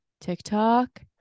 TikTok